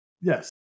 Yes